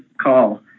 call